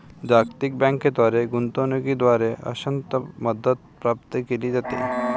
जागतिक बँकेद्वारे गुंतवणूकीद्वारे अंशतः मदत प्राप्त केली जाते